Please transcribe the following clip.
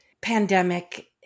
pandemic